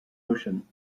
ocean